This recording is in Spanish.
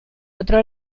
otro